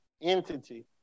entity